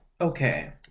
okay